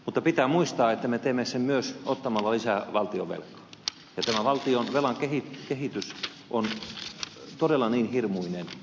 mutta pitää muistaa että me teemme sen myös ottamalla lisää valtionvelkaa ja tämä valtionvelan kehitys on todella niin hirmuinen